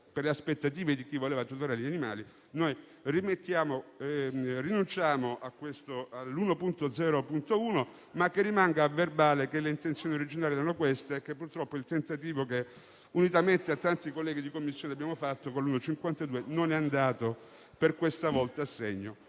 nelle aspettative di chi voleva tutelare gli animali. Rinunciamo all'emendamento 1.0.1, ma rimanga a verbale che le intenzioni originarie erano queste e che, purtroppo, il tentativo che unitamente a tanti colleghi di Commissione abbiamo fatto con l'emendamento 1.52 per questa volta non